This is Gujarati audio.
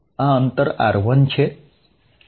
આ અંતર r1 છે